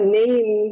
name